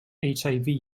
hiv